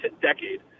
decade